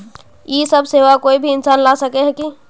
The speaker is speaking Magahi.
इ सब सेवा कोई भी इंसान ला सके है की?